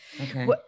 okay